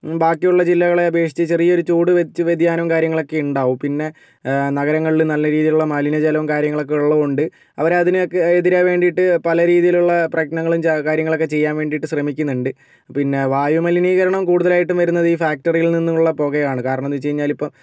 ബാക്കിയുള്ള ജില്ലകളെ അപേക്ഷിച്ച് ചെറിയൊരു ചൂട് വ്യതിയാനവും കാര്യങ്ങളൊക്കെ ഉണ്ടാവും പിന്നെ നഗരങ്ങളിൽ നല്ല രീതിയിലുള്ള മലിന ജലവും കാര്യങ്ങളൊക്കെ ഉള്ളതുകൊണ്ട് അവർ അതിനെയൊക്കെ എതിരെ വേണ്ടിയിട്ട് പല രീതിയിലുള്ള പ്രശ്നങ്ങളും കാര്യങ്ങളൊക്കെ ചെയ്യാൻ വേണ്ടിയിട്ട് ശ്രമിക്കുന്നുണ്ട് പിന്നെ വായു മലിനീകരണം കൂടുതലായിട്ടും വരുന്നത് ഈ ഫാക്ടറികളിൽ നിന്നുമുള്ള പുകയാണ് കാരണം എന്ത് വച്ചു കഴിഞ്ഞാൽ ഇപ്പോൾ